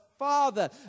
father